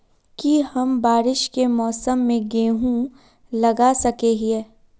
की हम बारिश के मौसम में गेंहू लगा सके हिए?